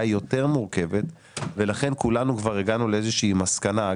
היא יותר מורכבת ולכן כולנו כבר הגענו לאיזושהי מסקנה.